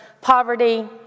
poverty